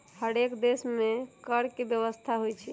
हरेक देश में कर के व्यवस्था होइ छइ